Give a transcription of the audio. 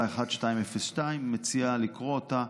4.1202. אני מציע לקרוא אותה.